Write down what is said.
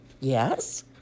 yes